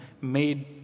made